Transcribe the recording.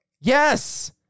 yes